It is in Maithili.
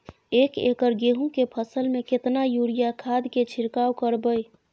एक एकर गेहूँ के फसल में केतना यूरिया खाद के छिरकाव करबैई?